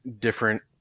different